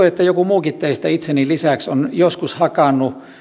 että joku muukin teistä itseni lisäksi on joskus hakannut